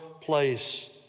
place